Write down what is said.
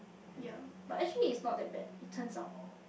ya but actually it's not that bad it turns out